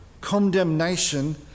condemnation